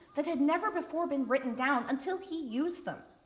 that had never before been written down until he used them.